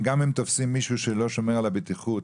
גם אם תופסים מישהו שלא שומר על הבטיחות